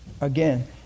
again